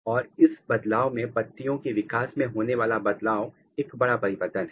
और इस बदलाव में पत्तियों के विकास में होने वाला बदलाव एक बड़ा परिवर्तन है